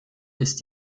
ist